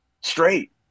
straight